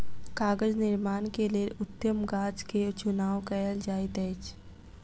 कागज़ निर्माण के लेल उत्तम गाछ के चुनाव कयल जाइत अछि